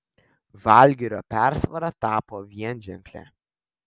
žalgirio persvara tapo vienženklė